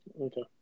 Okay